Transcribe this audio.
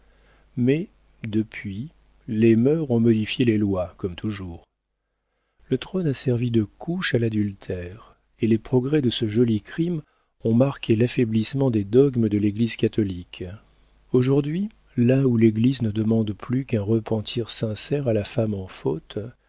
mais depuis les mœurs ont modifié les lois comme toujours le trône a servi de couche à l'adultère et les progrès de ce joli crime ont marqué l'affaiblissement des dogmes de l'église catholique aujourd'hui là où l'église ne demande plus qu'un repentir sincère à la femme en faute